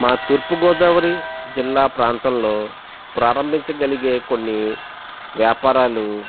మా తూర్పుగోదావరి జిల్లా ప్రాంతంలో ప్రారంభించగలిగే కొన్ని వ్యాపారాలు